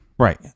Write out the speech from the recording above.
Right